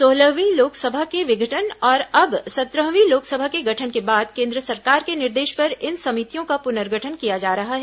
सोलहवीं लोकसभा के विघटन और अब सत्रहवीं लोकसभा के गठन के बाद केन्द्र सरकार के निर्देश पर इन समितियों का पुनर्गठन किया जा रहा है